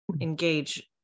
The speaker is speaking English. engage